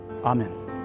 Amen